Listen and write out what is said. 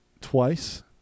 twice